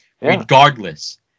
Regardless